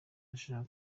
aja